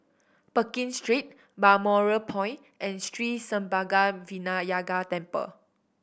Pekin Street Balmoral Point and Sri Senpaga Vinayagar Temple